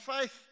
faith